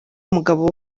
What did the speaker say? umugabo